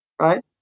right